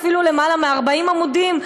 אפילו למעלה מ-40 עמודים,